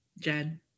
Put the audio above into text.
Jen